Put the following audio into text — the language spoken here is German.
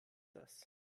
das